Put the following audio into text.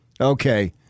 Okay